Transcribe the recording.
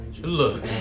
Look